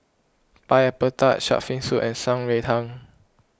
Pineapple Tart Shark's Fin Soup and Shan Rui Tang